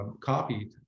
copied